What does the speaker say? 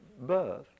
birth